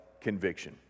conviction